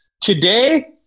Today